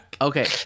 Okay